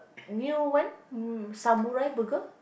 new one mm samurai burger